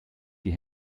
die